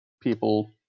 people